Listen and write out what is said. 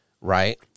right